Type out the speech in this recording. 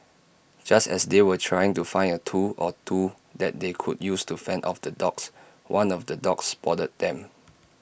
just as they were trying to find A tool or two that they could use to fend off the dogs one of the dogs spotted them